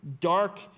dark